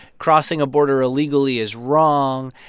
crossing a border illegally is wrong.